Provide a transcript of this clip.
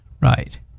right